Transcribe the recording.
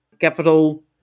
capital